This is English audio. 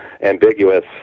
ambiguous